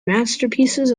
masterpieces